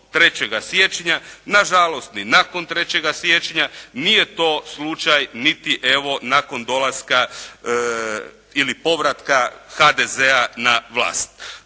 3. siječnja, nažalost ni nakon 3. siječnja. Nije to slučaj niti evo nakon dolaska ili povratka HDZ-a na vlast.